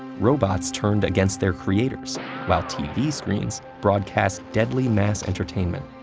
robots turned against their creators while tv screens broadcast deadly mass entertainment.